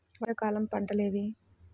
వర్షాకాలం పంటలు ఏవి?